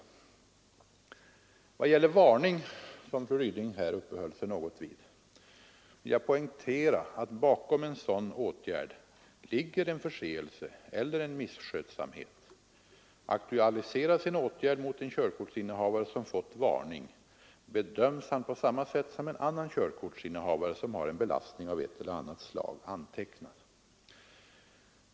I vad gäller varning, som fru Ryding här uppehöll sig något vid, vill jag poängtera att bakom en sådan åtgärd ligger en förseelse eller misskötsamhet. Aktualiseras en åtgärd mot en körkortsinnehavare som fått varning, bedöms han på samma sätt som en annan körkortsinnehavare som har en belastning av ett eller annat slag.